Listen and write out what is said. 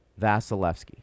Vasilevsky